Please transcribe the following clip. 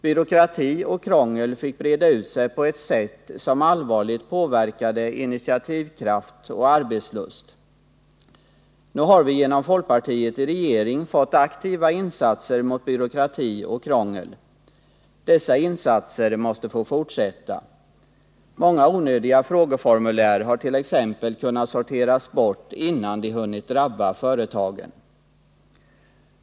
Byråkrati och krångel fick breda ut sig på ett sätt som allvarligt påverkade initiativkraft och arbetslust. Nu har vi genom folkpartiet i regering fått aktiva insatser mot byråkrati och krångel. Dessa insatser måste få fortsätta, Många onödiga frågeformulär har t.ex. kunnat sorteras bort innan de hunnit drabba företagen.